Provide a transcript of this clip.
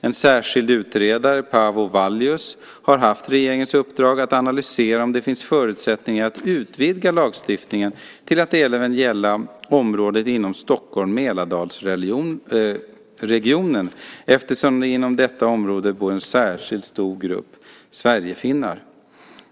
En särskild utredare, Paavo Vallius, har haft regeringens uppdrag att analysera om det finns förutsättningar att utvidga lagstiftningen till att gälla även ett område inom Stockholms och Mälardalsregionen, eftersom det inom detta område bor en särskilt stor grupp sverigefinnar.